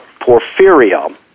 porphyria